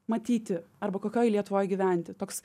matyti arba kokioj lietuvoje gyventi toks